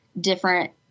different